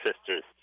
sisters